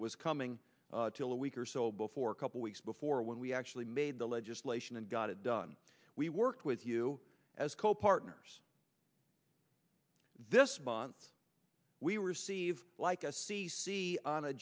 it was coming to a week or so before a couple weeks before when we actually made the legislation and got it done we worked with you as copartners this month we received like a c c on a